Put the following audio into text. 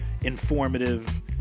informative